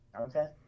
Okay